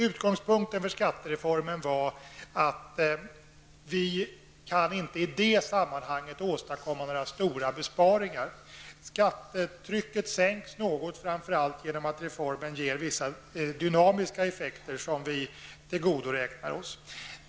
Utgångspunkten för skattereformen var att vi inte i det sammanhanget kan åstadkomma några stora besparingar. Skattetrycket sänks något framför allt genom att reformen ger vissa dynamiska effekter som kan tillgodoräknas.